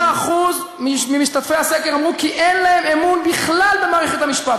38% ממשתתפי הסקר אמרו כי אין להם אמון בכלל במערכת המשפט,